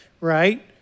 right